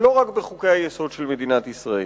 לא רק בחוקי-היסוד של מדינת ישראל.